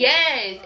Yes